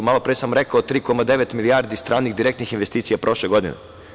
Malo pre sam rekao, 3,9 milijardi stranih direktnih investicija prošle godine.